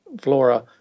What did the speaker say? flora